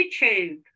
youtube